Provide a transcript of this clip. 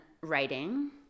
writing